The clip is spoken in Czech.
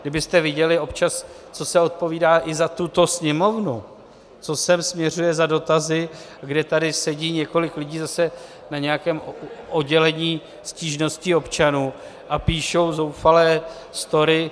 Kdybyste viděli, co se občas odpovídá i za tuto Sněmovnu, co sem směřuje za dotazy, kdy tady sedí několik lidí na nějakém oddělení stížností občanů a píšou zoufalé story.